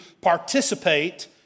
participate